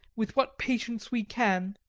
with what patience we can,